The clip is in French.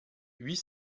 huit